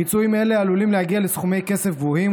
פיצויים אלה עלולים להגיע לסכומי כסף גבוהים,